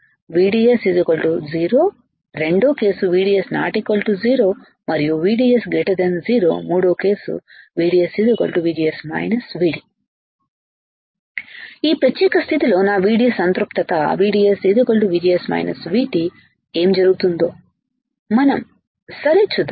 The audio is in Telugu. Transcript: VDS 0 రెండో కేస్ VDS ≠ 0 మరియు VDS 0 మూడో కేస్VDS VGS VD ఈ ప్రత్యేక స్థితిలో నా VD సంతృప్తత VDS VGS VT ఏమి జరుగుతుందో మనం సరే చూద్దాం